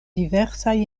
diversaj